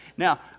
Now